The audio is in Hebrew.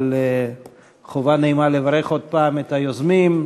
אבל חובה נעימה לברך עוד פעם את היוזמים,